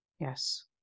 Yes